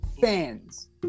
Fans